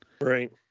Right